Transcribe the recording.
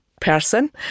person